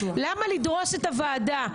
למה לדרוס את הוועדה?